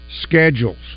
schedules